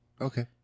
okay